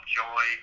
joy